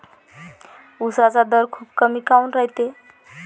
उसाचा दर खूप कमी काऊन रायते?